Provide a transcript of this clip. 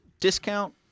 discount